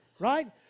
Right